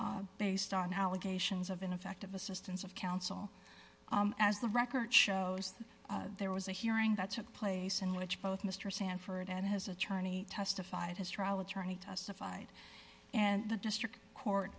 based on allegations of ineffective assistance of counsel as the record shows that there was a hearing that took place in which both mr sanford and his attorney testified his trial attorney testified and the district court